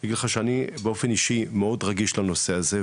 להגיד לך שאני באופן אישי מאוד רגיש לנושא הזה,